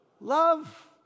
Love